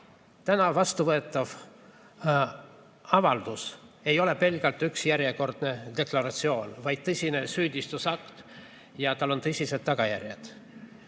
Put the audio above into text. Täna vastuvõetav avaldus ei ole pelgalt järjekordne deklaratsioon, vaid tõsine süüdistusakt ja tal on tõsised tagajärjed.